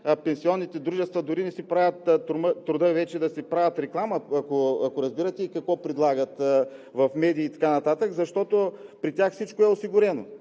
пенсионните дружества дори не си правят труда вече да си правят реклама, ако разбирате, какво предлагат в медии и така нататък, защото при тях всичко е осигурено